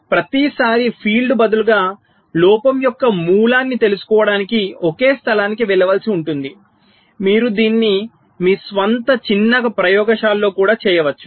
కాబట్టి ప్రతిసారీ ఫీల్డ్ బదులుగా లోపం యొక్క మూలాన్ని తెలుసుకోవడానికి ఒకే స్థలానికి వెళ్ళవలసి ఉంటుంది మీరు దీన్ని మీ స్వంత చిన్న ప్రయోగశాలలో కూడా చేయవచ్చు